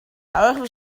however